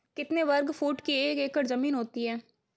कितने वर्ग फुट की एक एकड़ ज़मीन होती है?